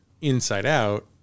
inside-out